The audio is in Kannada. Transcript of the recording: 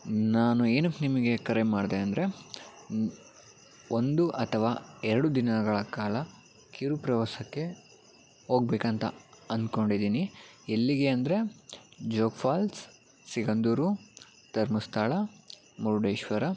ನಾನು ಏಕೆ ನಿಮಗೆ ಕರೆ ಮಾಡಿದೆ ಅಂದರೆ ಒಂದು ಅಥವಾ ಎರಡು ದಿನಗಳ ಕಾಲ ಕಿರು ಪ್ರವಾಸಕ್ಕೆ ಹೋಗ್ಬೇಕಂತ ಅಂದ್ಕೊಂಡಿದ್ದೀನಿ ಎಲ್ಲಿಗೆ ಅಂದರೆ ಜೋಗ್ ಫಾಲ್ಸ್ ಸಿಗಂಧೂರು ಧರ್ಮಸ್ಥಳ ಮುರುಡೇಶ್ವರ